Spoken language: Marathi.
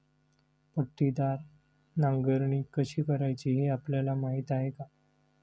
पट्टीदार नांगरणी कशी करायची हे आपल्याला माहीत आहे का?